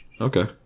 Okay